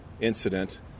incident